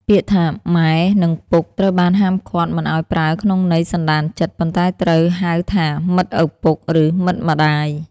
ពាក្យថា «ម៉ែ» និង «ពុក» ត្រូវបានហាមឃាត់មិនឱ្យប្រើក្នុងន័យសន្តានចិត្ត ប៉ុន្តែត្រូវហៅថា «មិត្តឪពុក» ឬ «មិត្តម្ដាយ»។